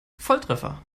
volltreffer